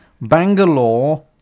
Bangalore